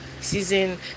season